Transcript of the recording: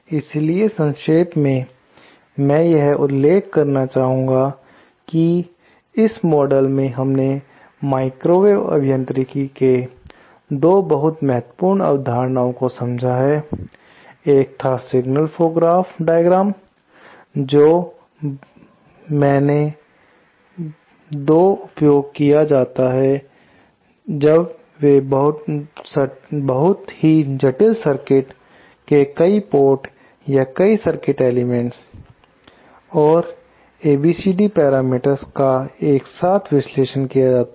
इसलिए संक्षेप में मैं यह उल्लेख करना चाहूंगा कि इस मॉडल में हमने माइक्रोवेव अभियंत्रिकी के 2 बहुत महत्वपूर्ण अवधारणाओं को समझा है एक था सिग्नल फ्लो ग्राफ डायग्राम जो बड़े में मैंने दो उपयोग किया जाता है जब वे बहुत ही जटिल सर्किट के कई पोर्ट या कई सर्किट एलिमेंट्स और ABCD पैरामीटर्स का एक साथ विश्लेषण करना चाहते हैं